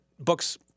books